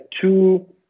two